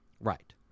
Right